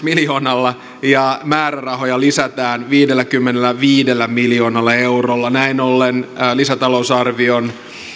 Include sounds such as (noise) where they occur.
(unintelligible) miljoonalla ja määrärahoja lisätään viidelläkymmenelläviidellä miljoonalla eurolla näin ollen lisätalousarvion